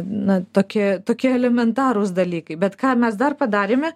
na tokie tokie elementarūs dalykai bet ką mes dar padarėme